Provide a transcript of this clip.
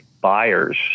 buyers